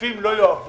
שכספים לא יועברו